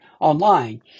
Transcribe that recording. online